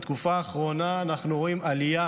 בתקופה האחרונה אנחנו רואים עלייה